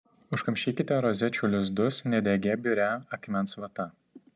užkamšykite rozečių lizdus nedegia biria akmens vata